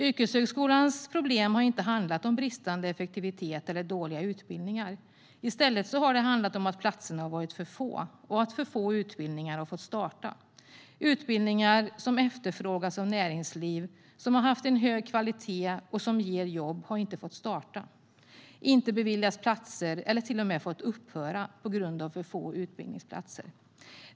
Yrkeshögskolans problem har inte handlat om bristande effektivitet eller dåliga utbildningar. I stället har det handlat om att platserna har varit för få och att för få utbildningar har fått starta. Utbildningar som efterfrågas av näringsliv, som har hög kvalitet och som ger jobb har inte fått starta, har inte beviljats platser eller har till och med fått upphöra på grund av för få utbildningsplatser.